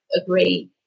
agree